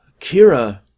Kira